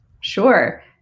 Sure